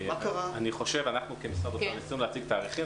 אני כמשרד האוצר ניסינו להציג תאריכים.